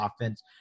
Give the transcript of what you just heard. offense